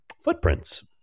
footprints